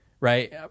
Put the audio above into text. right